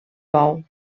bou